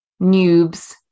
noobs